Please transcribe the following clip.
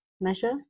measure